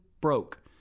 broke